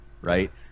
right